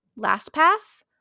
LastPass